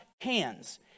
hands